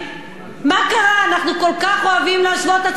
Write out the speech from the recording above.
אנחנו כל כך אוהבים להשוות את עצמנו למדינות העולם,